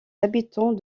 habitants